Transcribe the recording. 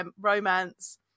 romance